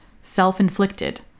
self-inflicted